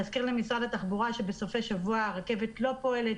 להזכיר למשרד התחבורה שבסופי שבוע הרכבת לא פועלת